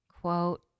quote